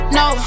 no